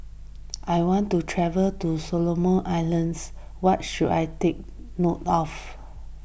I want to travel to Solomon Islands what should I take note of